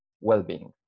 well-being